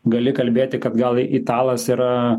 gali kalbėti kad gal italas yra